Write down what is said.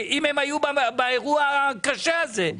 אם הם היו באירוע הקשה הזה,